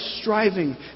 striving